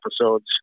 episodes